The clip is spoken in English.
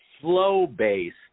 flow-based